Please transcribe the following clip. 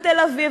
בתל-אביב,